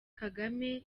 kagame